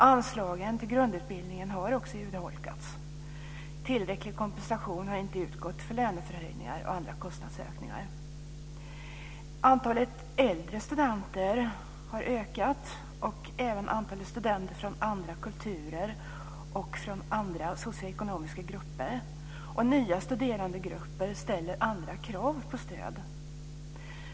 Anslagen till grundutbildningen har också urholkats. Tillräcklig kompensation har inte utgått för löneförhöjningar och andra kostnadsökningar. Antalet äldre studenter har ökat och även antalet studenter från andra kulturer och socioekonomiska grupper, och nya studerandegrupper ställer andra krav på stöd.